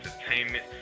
Entertainment